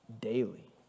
Daily